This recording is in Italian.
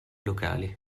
locali